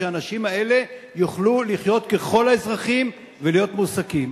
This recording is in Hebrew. שהאנשים האלה יוכלו לחיות ככל האזרחים ולהיות מועסקים.